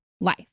life